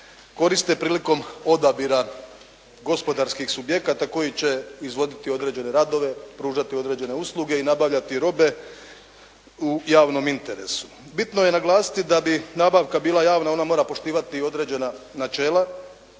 koriste prilikom odabira gospodarskih subjekata koji će izvoditi određene radove, pružati određene usluge i nabavljati robe u javnom interesu. Bitno je naglasiti da bi nabavka bila javna ona mora poštivati određena načela